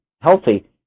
healthy